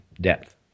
depth